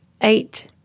Eight